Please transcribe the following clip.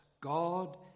God